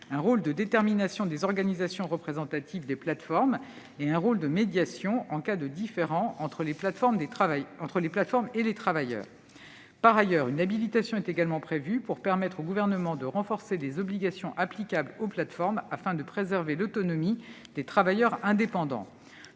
permettre de fixer la liste des organisations représentatives des plateformes et de jouer un rôle de médiation en cas de différends entre les plateformes et les travailleurs. Par ailleurs, une habilitation est également prévue pour permettre au Gouvernement de renforcer les obligations applicables aux plateformes, afin de préserver l'autonomie des travailleurs indépendants.